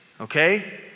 okay